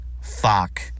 Fuck